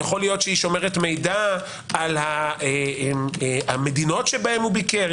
יכול להיות ששומרת מידע על המדינות שבהן ביקר.